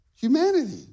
Humanity